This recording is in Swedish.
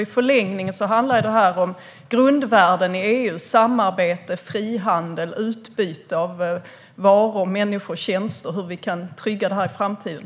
I förlängningen handlar detta om grundvärden i EU - samarbete, frihandel och utbyte av varor, människor och tjänster - och hur vi kan trygga dem i framtiden.